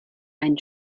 ein